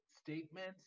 statements